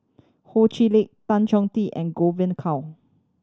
Ho Chee Lick Tan Choh Tee and Godwin Koay